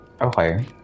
Okay